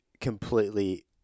completely